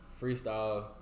freestyle